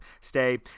stay